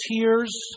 tears